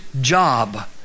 job